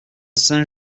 saint